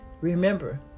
remember